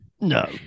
no